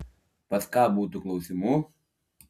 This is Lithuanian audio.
pas ką būtų klausimų